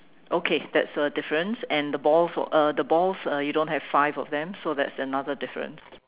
okay that's a difference and the balls uh the balls uh you don't have five of them so that's another difference